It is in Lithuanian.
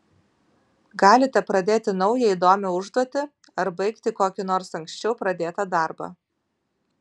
galite pradėti naują įdomią užduotį ar baigti kokį nors anksčiau pradėtą darbą